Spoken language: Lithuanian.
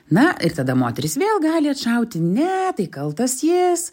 na ir tada moteris vėl gali atšauti ne tai kaltas jis